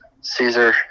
Caesar